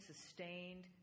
sustained